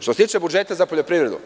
Što se tiče budžeta za poljoprivredu,